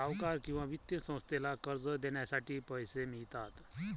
सावकार किंवा वित्तीय संस्थेला कर्ज देण्यासाठी पैसे मिळतात